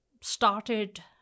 started